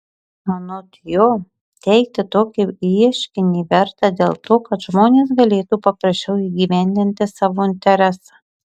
anot jo teikti tokį ieškinį verta dėl to kad žmonės galėtų paprasčiau įgyvendinti savo interesą